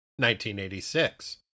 1986